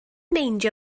meindio